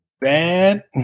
bad